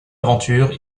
aventures